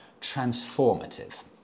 Transformative